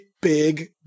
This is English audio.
big